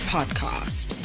Podcast